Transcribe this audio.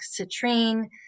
citrine